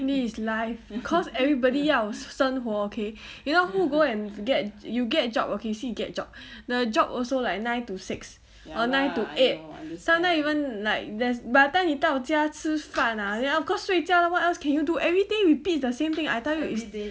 this is life cause everybody 要生活 okay if not who go and get you get a job okay see you get job the job also like nine to six or nine to eight sometimes even like there's by the time 你到家